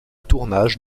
tournage